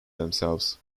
themselves